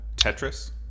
Tetris